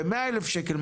ב-100,000 שקלים,